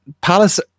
Palace